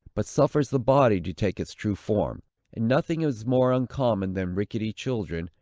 but suffers the body to take its true form and nothing is more uncommon than ricketty children,